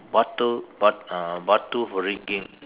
batu bat~ uh Batu-Ferringhi